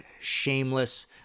shameless